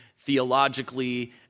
theologically